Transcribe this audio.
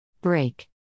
Break